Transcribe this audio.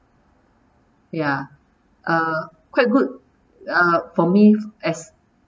ya uh quite good uh for me as